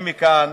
אני מכאן,